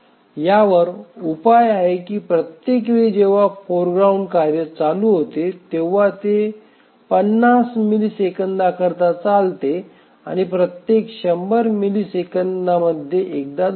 यावर उपाय आहे की प्रत्येक वेळी जेव्हा फोरग्राउंड कार्य चालू होते तेव्हा ते 50 मिलिसेकंदांकरिता चालते आणि प्रत्येक 100 मिलिसेकंदांमध्ये एकदा धावते